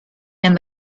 and